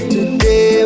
Today